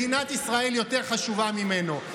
מדינת ישראל יותר חשובה ממנו.